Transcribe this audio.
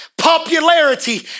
popularity